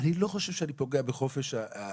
אני לא חושב שאני פוגע בחופש הביטוי,